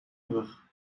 brug